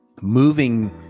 moving